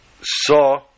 saw